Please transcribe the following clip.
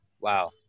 Wow